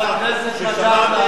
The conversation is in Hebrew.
ששמעתי את העובדה ואני הולך,